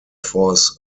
force